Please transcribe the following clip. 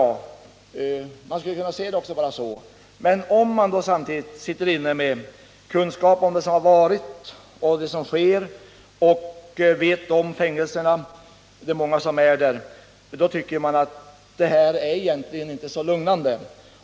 Man skulle kunna se det bara så, men om man sitter inne med kunskap om det som varit och om det som sker och om man känner till de många som finns i fängelserna, tycker man inte svaret är så lugnande.